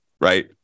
right